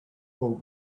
pool